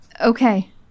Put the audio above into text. Okay